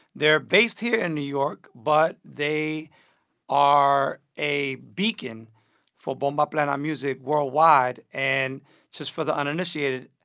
they're based here in new york, but they are a beacon for bomba plena music worldwide. and just for the uninitiated,